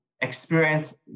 experience